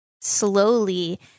slowly